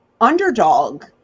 Underdog